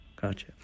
Gotcha